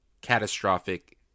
catastrophic